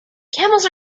camels